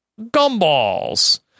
gumballs